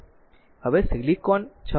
હવે સિલિકોન 6